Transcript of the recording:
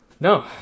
no